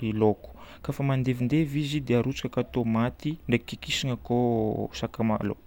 ny laoko. Koafa mandevilevy izy dia arotsaka tomaty, ndraiky kikisana koa sakamalaho.